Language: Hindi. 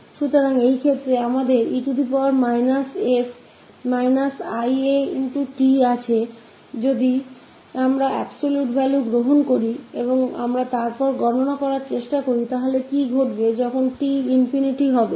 तो उस स्थिति में हमारे पास 𝑒−𝑠−𝑖𝑎𝑡 है और अगर हम absolute मान ले और उसके बाद मे गणना करे की क्या होगा अगर t ∞ की तरफ जाएगा